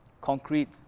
concrete